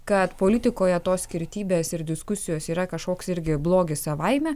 kad politikoje tos skirtybės ir diskusijos yra kažkoks irgi blogis savaime